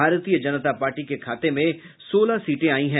भारतीय जनता पार्टी के खाते में सोलह सीटें आई हैं